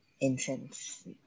incense